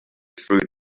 through